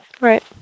right